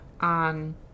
on